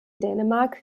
dänemark